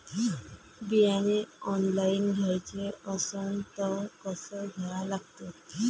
बियाने ऑनलाइन घ्याचे असन त कसं घ्या लागते?